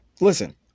Listen